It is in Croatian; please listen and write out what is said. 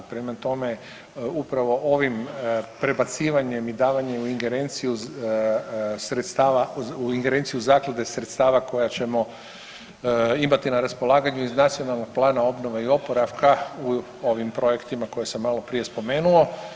Prema tome, upravo ovim prebacivanjem i davanje u ingerenciju sredstava, u ingerenciju zaklade sredstava koja ćemo imati na raspolaganju iz Nacionalnog plana obnove i oporavka u ovim projektima koje sam maloprije spomenuo.